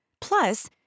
Plus